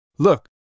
Look